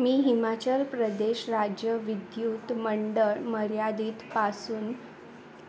मी हिमाचल प्रदेश राज्य विद्युत मंडळ मर्यादित पासून